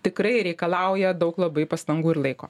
tikrai reikalauja daug labai pastangų ir laiko